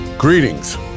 Greetings